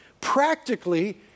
practically